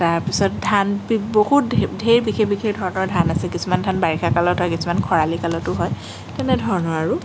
তাৰপিছত ধান বি বহুত ধেৰ বিশেষ বিশেষ ধৰণৰ ধান আছে কিছুমান ধান বাৰিষা কালত হয় কিছুমান খৰালি কালতো হয় তেনেধৰণৰ আৰু